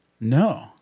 No